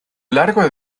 largo